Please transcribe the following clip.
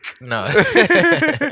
no